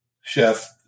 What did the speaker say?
chef